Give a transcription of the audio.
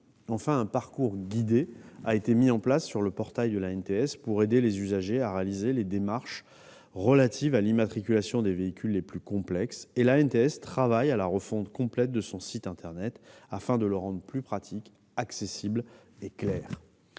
Enfin, un parcours guidé a été mis en place sur le portail de l'ANTS, pour aider les usagers à réaliser les démarches relatives à l'immatriculation des véhicules les plus complexes, et l'ANTS travaille à la refonte complète de son site internet afin de le rendre plus pratique, accessible et clair.